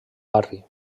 barri